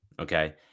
Okay